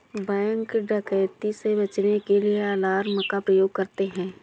bank डकैती से बचने के लिए अलार्म का प्रयोग करते है